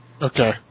Okay